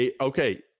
Okay